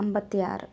sign